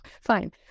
fine